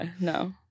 no